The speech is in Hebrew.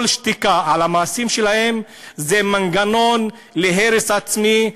כל שתיקה על המעשים שלהם זה מנגנון להרס עצמי,